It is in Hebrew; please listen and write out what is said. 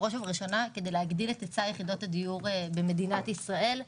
בראש ובראשונה להגדיל את היצע יחידות הדיור במדינת ישראל.